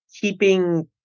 keeping